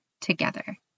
together